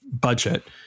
budget